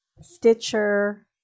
Stitcher